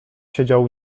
siedział